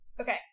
Okay